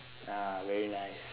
ya very nice